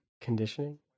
Conditioning